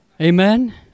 Amen